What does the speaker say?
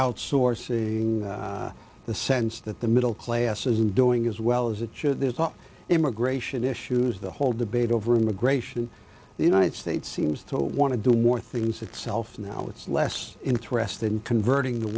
outsourcing the sense that the middle class isn't doing as well as it should there's an immigration issues the whole debate over immigration the united states seems to want to do more things itself now it's less interested in converting the